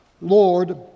Lord